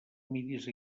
miris